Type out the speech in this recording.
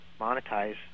monetize